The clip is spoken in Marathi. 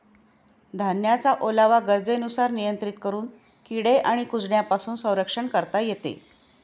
धान्याचा ओलावा गरजेनुसार नियंत्रित करून किडे आणि कुजण्यापासून संरक्षण करता येते